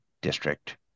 District